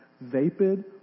vapid